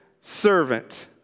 servant